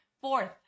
Fourth